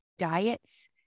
diets